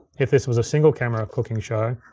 if this was a single camera cooking show,